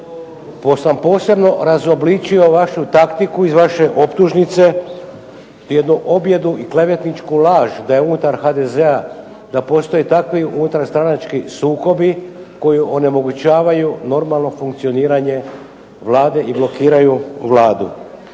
Pa sam posebno razobličio vašu taktiku iz vaše optužnice, jednu objedu i klevetničku laž da je unutar HDZ-a da postoje takvi unutar stranački sukobi koji onemogućavaju normalno funkcioniranje Vlade i blokiraju Vladu.